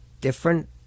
different